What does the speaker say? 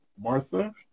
Martha